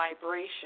vibration